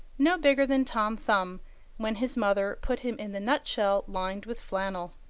no bigger than tom thumb when his mother put him in the nutshell lined with flannel.